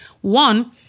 One